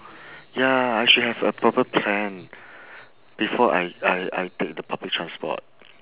ya I should have a proper plan before I I I take the public transport